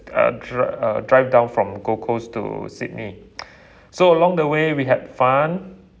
uh dri~ uh drive down from gold coast to sydney so along the way we had fun